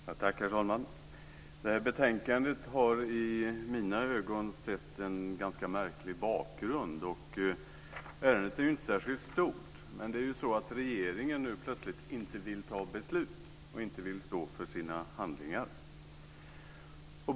Herr talman! Det här betänkandet har i mina ögon en ganska märklig bakgrund. Ärendet är inte särskilt stort, men regeringen vill nu plötsligt inte ta beslut och inte stå för sina handlingar.